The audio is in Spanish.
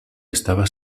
estaba